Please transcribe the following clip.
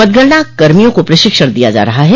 मतगणना कर्मियों को प्रशिक्षण दिया जा रहा है